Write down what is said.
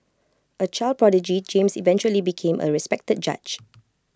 A child prodigy James eventually became A respected judge